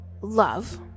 love